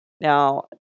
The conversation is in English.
Now